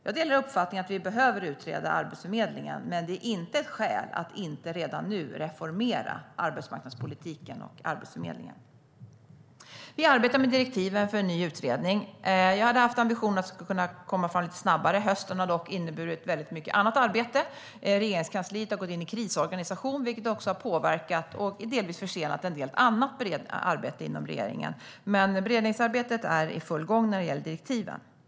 Jag delar uppfattningen att vi behöver utreda Arbetsförmedlingen, men det är inte ett skäl till att inte redan nu reformera arbetsmarknadspolitiken och Arbetsförmedlingen. Vi arbetar med direktiven till en ny utredning. Jag hade ambitionen att vi skulle kunna komma fram lite snabbare. Hösten har dock inneburit väldigt mycket annat arbete. Regeringskansliet har gått in i en krisorganisation, vilket har påverkat och delvis försenat en del annat arbete inom regeringen. Men beredningsarbetet är i full gång när det gäller direktiven. Herr talman!